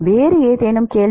வேறு ஏதேனும் கேள்வி